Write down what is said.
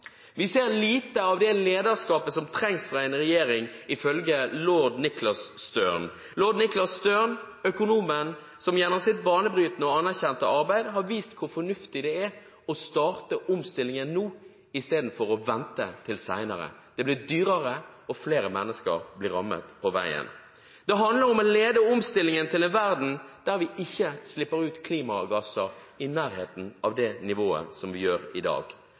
Vi ser lite av det lederskapet som trengs fra en regjering, ifølge Lord Nicholas Stern – Lord Nicholas Stern, økonomen som gjennom sitt banebrytende og anerkjente arbeid har vist hvor fornuftig det er å starte omstillingen nå istedenfor å vente til senere. Det blir dyrere, og flere mennesker blir rammet på veien. Det handler om å lede omstillingen til en verden der vi ikke slipper ut klimagasser i nærheten av det nivået som vi gjør i dag.